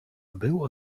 było